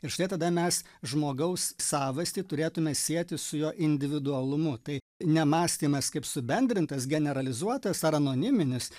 ir štai tada mes žmogaus savastį turėtume sieti su jo individualumu tai ne mąstymas kaip subendrintas generalizuotas ar anoniminis